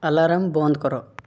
alarm ବନ୍ଦ କର